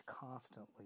constantly